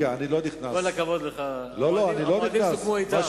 עם כל הכבוד לך, המועדים סוכמו אתם.